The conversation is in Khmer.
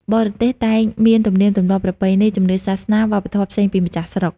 បរទេសតែងមានទំនៀមទម្លាប់ ប្រពៃណី ជំនឿសាសនា វប្បធម៌ផ្សេងពីម្ចាស់ស្រុក ។